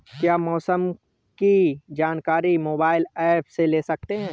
क्या मौसम की जानकारी मोबाइल ऐप से ले सकते हैं?